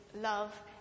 love